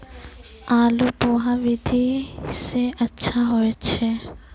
आलु बोहा विधि सै अच्छा होय छै?